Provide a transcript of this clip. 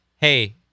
Hey